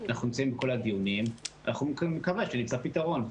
אנחנו נמצאים בכל הדיונים ואני מקווה שנמצא פתרון.